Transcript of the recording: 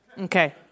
Okay